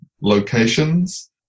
locations